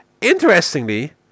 Interestingly